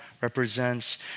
represents